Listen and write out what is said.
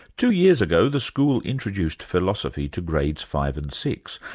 two years ago, the school introduced philosophy to grades five and six,